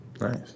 Nice